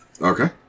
Okay